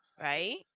right